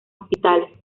hospitales